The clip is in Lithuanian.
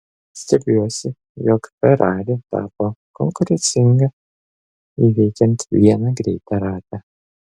stebiuosi jog ferrari tapo konkurencinga įveikiant vieną greitą ratą